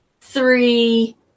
three